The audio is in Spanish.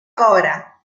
cobra